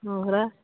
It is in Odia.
ହଁ ପରା